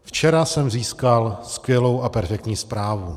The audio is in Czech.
Včera jsem získal skvělou a perfektní zprávu.